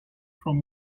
from